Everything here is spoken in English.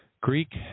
Greek